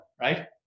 right